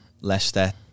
Leicester